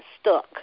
stuck